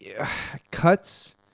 cuts